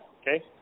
okay